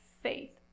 faith